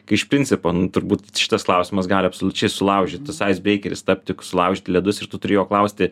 kai iš principo nu turbūt šitas klausimas gali absoliučiai sulaužyti saiz breikeris tapti sulaužyti ledus ir tu turi jo klausti